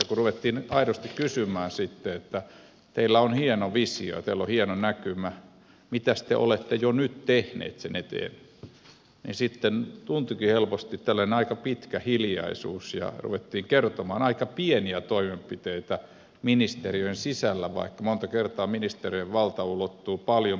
kun ruvettiin aidosti kysymään sitten että kun teillä on hieno visio ja teillä on hieno näkymä niin mitäs te olette jo nyt tehneet sen eteen niin sitten tulikin helposti tällainen aika pitkä hiljaisuus ja ruvettiin kertomaan aika pienistä toimenpiteistä ministeriön sisällä vaikka monta kertaa ministeriön valta ulottuu paljon paljon pitemmälle